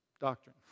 doctrine